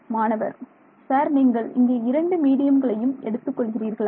மாணவர் சார் நீங்கள் இங்கே இரண்டு மீடியம்களையும் எடுத்துக் கொள்கிறீர்களா